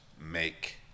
make